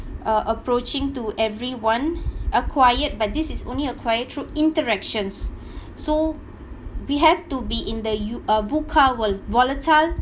uh approaching to everyone acquired but this is only acquired through interactions so we have to be in the u~ uh VUCA world volatile